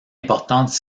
importantes